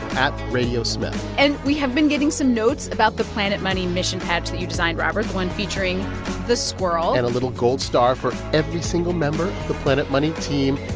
at radiosmith and we have been getting some notes about the planet money mission patch that you signed, robert, the one featuring the squirrel and a little gold star for every single member of the planet money team.